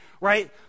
right